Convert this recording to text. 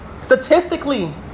statistically